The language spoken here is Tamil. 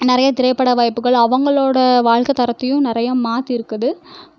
நிறைய திரைப்பட வாய்ப்புகள் அவங்களோடய வாழ்க்கை தரத்தையும் நிறைய மாற்றிருக்குது